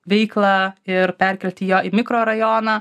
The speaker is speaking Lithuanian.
veiklą ir perkelti ją į mikrorajoną